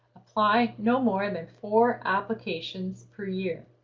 apply no more than four applications per year.